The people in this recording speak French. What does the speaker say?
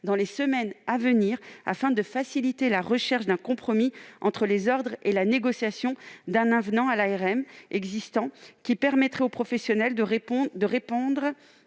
des discussions, afin de faciliter la recherche d'un compromis entre les ordres et la négociation d'un avenant à l'ARM existant, qui permettrait aux professionnels de reprendre